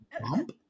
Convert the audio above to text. bump